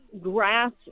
grass